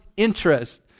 interest